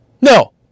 No